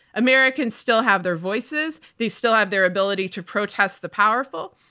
americans still have their voices. they still have their ability to protest the powerful,